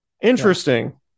Interesting